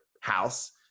house